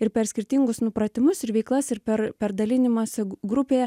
ir per skirtingus nu pratimus ir veiklas ir per per dalinimąsi grupėje